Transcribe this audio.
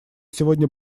сегодня